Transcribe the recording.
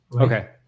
okay